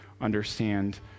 understand